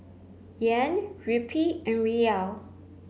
Yen Rupee and Riel